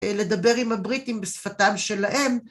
לדבר עם הבריטים בשפתם שלהם.